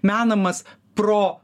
menamas pro